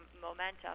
momentum